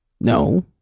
no